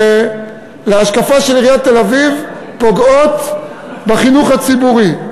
שלהשקפתה של עיריית תל-אביב פוגעות בחינוך הציבורי.